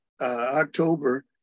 October